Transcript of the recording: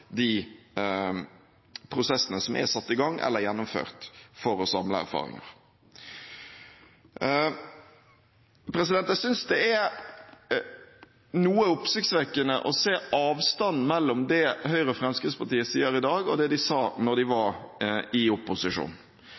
de prosessene som er satt i gang, eller gjennomført, for å samle erfaring. Jeg synes det er noe oppsiktsvekkende å se avstanden mellom det Høyre og Fremskrittspartiet sier i dag, og det de sa da de var i opposisjon.